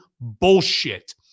bullshit